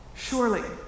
Surely